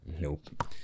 Nope